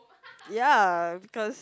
ya because